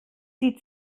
sie